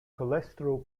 cholesterol